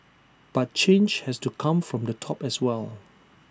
but change has to come from the top as well